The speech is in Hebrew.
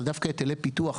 אז דווקא היטלי פיתוח,